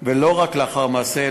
ולא רק לאחר מעשה,